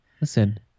Listen